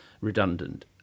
redundant